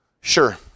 Sure